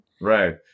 Right